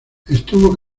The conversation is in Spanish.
estuvo